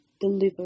deliver